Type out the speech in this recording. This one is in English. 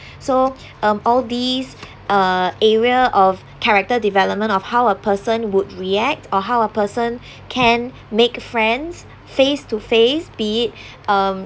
so um all these uh area of character development of how a person would react or how a person can make friends face to face be it um